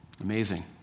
Amazing